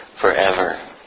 forever